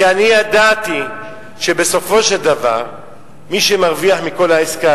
כי אני ידעתי שבסופו של דבר מי שמרוויח מכל העסקה